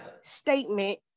statement